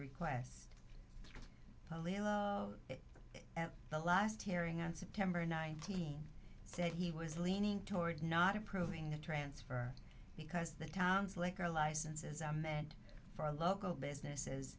request at the last hearing on september nineteenth said he was leaning towards not approving the transfer because the town's liquor licenses are meant for local businesses